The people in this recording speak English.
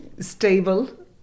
stable